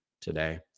today